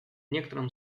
некотором